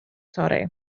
torri